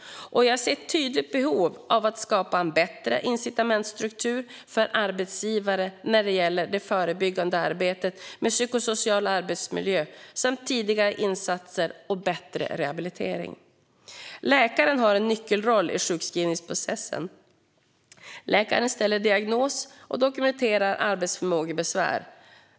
Jag ser ett tydligt behov av att skapa en bättre incitamentsstruktur för arbetsgivare när det gäller det förebyggande arbetet med psykosocial arbetsmiljö samt tidiga insatser och bättre rehabilitering. Läkaren har en nyckelroll i sjukskrivningsprocessen. Läkaren ställer diagnos och dokumenterar arbetsförmågebesvär.